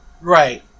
Right